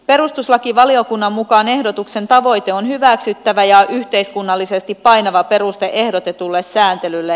perustuslakivaliokunnan mukaan ehdotuksen tavoite on hyväksyttävä ja yhteiskunnallisesti painava peruste ehdotetulle sääntelylle